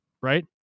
Right